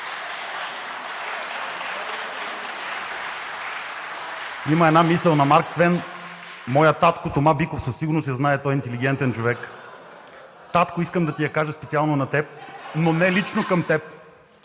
Има една мисъл на Марк Твен – моят татко Тома Биков със сигурност я знае, той е интелигентен човек (смях от ИТН, ИБГНИ, ДБ). Татко, искам да ти я кажа специално на теб, но не лично към теб!